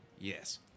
Yes